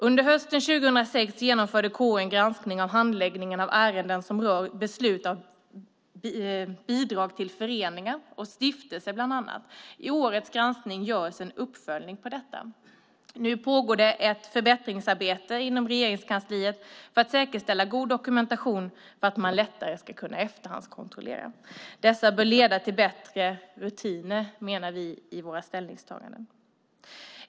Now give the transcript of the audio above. Under hösten 2006 genomförde KU en granskning av handläggningen av ärenden som rör beslut av bidrag till föreningar och stiftelser bland annat. I årets granskning görs en uppföljning av detta. Nu pågår det ett förbättringsarbete inom Regeringskansliet för att säkerställa god dokumentation för att man lättare ska kunna efterhandskontrollera. Detta bör leda till bättre rutiner, menar vi i våra ställningstaganden.